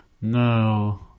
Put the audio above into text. No